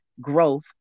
growth